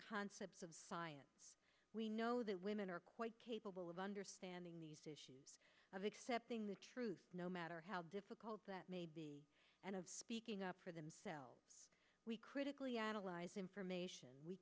concepts of science we know that women are quite capable of understanding these issues of accepting the truth no matter how difficult that may be and of speaking up for themselves we critically analyze information